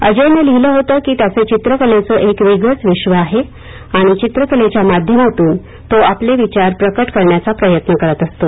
अजयने लिहिले होतं की त्याचं चित्रकलेचं एक वेगळेच विश्व आहे आणि चित्रकलेच्या माध्यामातून तो आपले विचार प्रकट करण्याचा प्रयत्न करत असतो